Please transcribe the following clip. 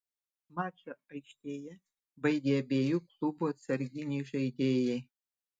mačą aikštėje baigė abiejų klubų atsarginiai žaidėjai